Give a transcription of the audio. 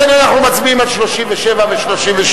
לכן אנחנו מצביעים על 37 ו-38.